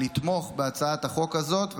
לתמוך בהצעת החוק הזאת,